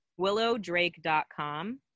willowdrake.com